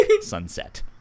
sunset